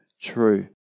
true